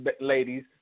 ladies